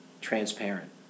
transparent